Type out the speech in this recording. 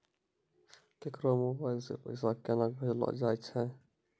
केकरो मोबाइल सऽ पैसा केनक भेजलो जाय छै?